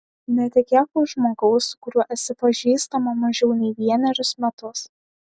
netekėk už žmogaus su kuriuo esi pažįstama mažiau nei vienerius metus